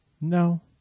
No